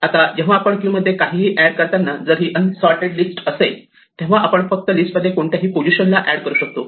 आता जेव्हा आपण क्यू मध्ये काहीही एड करताना जर ही अनसॉर्टेड लिस्ट असेल तेव्हा आपण फक्त लिस्टमध्ये कोणत्याही पोझिशन ला एड करू शकतो